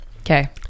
okay